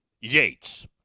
Yates